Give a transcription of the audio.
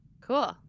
Cool